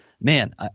man